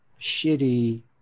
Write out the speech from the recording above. shitty